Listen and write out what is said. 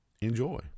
enjoy